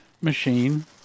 machine